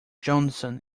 johnson